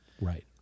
Right